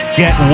get